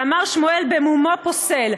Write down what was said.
ואמר שמואל: במומו פוסל.